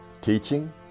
teaching